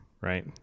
right